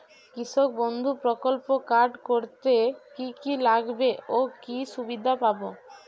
কৃষক বন্ধু প্রকল্প কার্ড করতে কি কি লাগবে ও কি সুবিধা পাব?